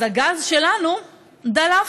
אז הגז שלנו דלף.